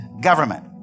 Government